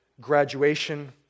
graduation